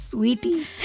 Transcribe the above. Sweetie